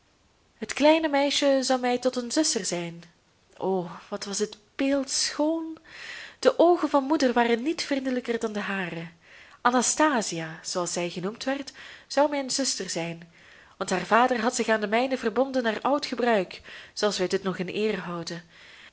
het kleine meisje zou mij tot een zuster zijn o wat was het beeldschoon de oogen van moeder waren niet vriendelijker dan de hare anastasia zooals zij genoemd werd zou mijn zuster zijn want haar vader had zich aan den mijnen verbonden naar oud gebruik zooals wij dit nog in eere houden